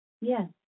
Yes